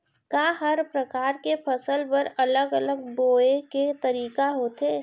का हर प्रकार के फसल बर अलग अलग बोये के तरीका होथे?